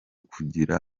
kugira